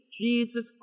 Jesus